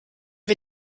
wir